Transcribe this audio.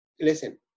listen